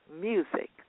music